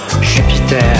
Jupiter